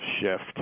shift